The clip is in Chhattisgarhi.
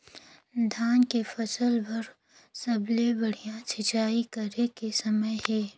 धान के फसल बार सबले बढ़िया सिंचाई करे के समय हे?